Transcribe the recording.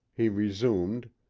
he resumed